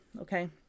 okay